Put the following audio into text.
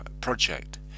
project